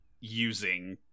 using